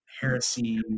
heresy